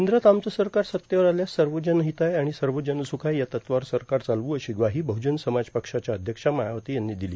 केंद्रात आमचं सरकार सत्तेवर आल्यास सर्व जनहिताय आणि सर्व जनसुखाय या तत्वावर सरकार चालवु अशी ग्वाही बहुजनसमाज पक्षाच्या अध्यक्षा मायावती यांनी दिली